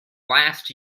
last